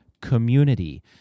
community